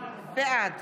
בעד